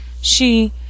She—